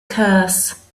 curse